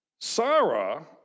Sarah